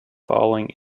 falling